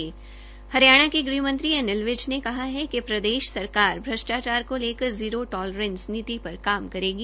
हरियाणा के गृह मंत्री अनिल विज ने कहा है कि प्रदेश सरकार भ्रष्टाचार को लेकर जीरो टालेरेंस नीति पर काम करेगी